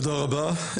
תודה רבה.